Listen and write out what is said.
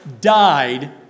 died